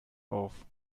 auf